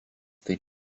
taip